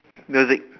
music